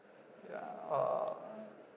ya or uh